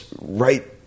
right